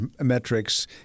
metrics